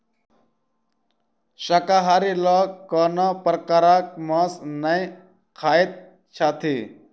शाकाहारी लोक कोनो प्रकारक मौंस नै खाइत छथि